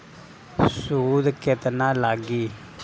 सूद केतना लागी?